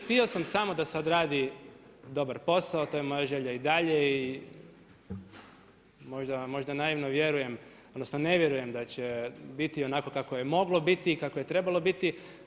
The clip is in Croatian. Htio sam samo da se odradi dobar posao, to je moja želja i dalje i možda naivno vjerujem, odnosno ne vjerujem da će biti onako kako je moglo biti i kako je trebalo biti.